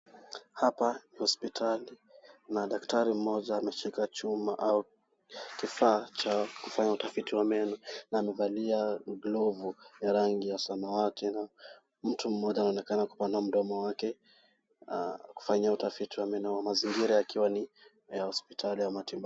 Hapa ni hospitali na Daktari mmoja ameshika chuma au kifaa cha kufanya utafiti wa meno na amevaa glove ya rangi ya samawati. Mtu mmoja anaonekana kupanua mdomo wake utafiti wa meno na mzingira ikiwa ni ya hospitali ya matibabu.